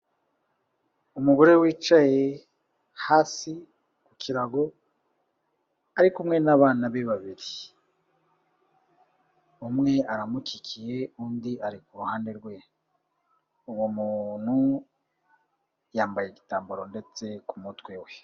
Umugore wicaye hasi ku kirago ari kumwe n'abana be babiri. Umwe aramukikiye undi ari kuhande rwe. Uwo muntu yambaye igitambaro ndetse ku mutwe we.